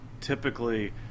typically